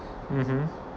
mmhmm